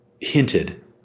hinted